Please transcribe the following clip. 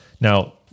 now